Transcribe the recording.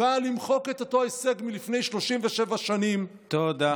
באה למחוק את אותו הישג מלפני 37 שנים, תודה.